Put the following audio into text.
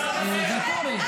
אותה מהאולם.